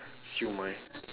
siew-mai